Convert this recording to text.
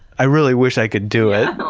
i really wish i could do it.